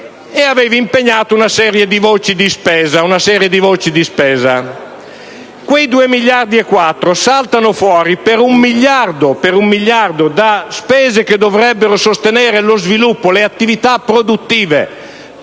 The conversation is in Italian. aveva impegnato una serie di voci di spesa. Quei 2,4 miliardi saltano fuori per un miliardo da spese che dovrebbero sostenere lo sviluppo, le attività produttive;